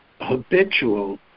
habitual